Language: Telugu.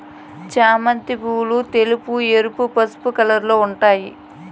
చామంతి పూలు తెలుపు, ఎరుపు, పసుపు కలర్లలో ఉంటాయి